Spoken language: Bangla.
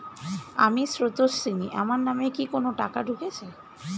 আমি স্রোতস্বিনী, আমার নামে কি কোনো টাকা ঢুকেছে?